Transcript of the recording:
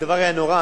זה דבר נורא.